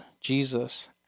Jesus